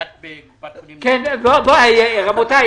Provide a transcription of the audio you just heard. רבותיי,